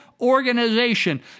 organization